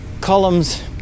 columns